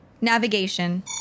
Navigation